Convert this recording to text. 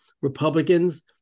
Republicans